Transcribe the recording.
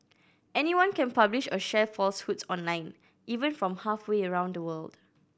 anyone can publish or share falsehoods online even from halfway around the world